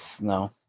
no